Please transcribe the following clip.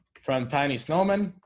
from tiny snowmen